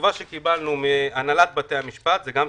התשובה שקיבלנו מהנהלת בתי המשפט היא: